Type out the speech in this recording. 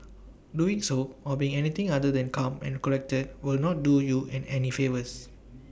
doing so or being anything other than calm and collected will not do you and any favours